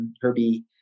Herbie